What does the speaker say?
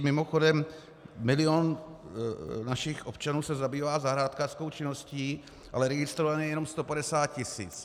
Mimochodem, milion našich občanů se zabývá zahrádkářskou činností, ale registrovaných je jenom 150 tisíc.